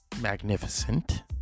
magnificent